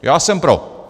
Já jsem pro!